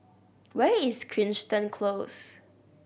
where is Crichton Close